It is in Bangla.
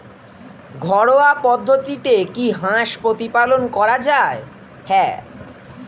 ঘরোয়া পদ্ধতিতে কি হাঁস প্রতিপালন করা যায়?